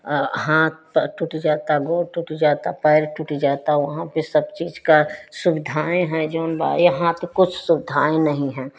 हाथ टूट जाता गोड़ टूट जाता पैर टूट जाता वहाँ पर सब चीज़ का सुविधाएँ हैं जोन बाए हाथ कुछ सुविधाएँ नहीं हैं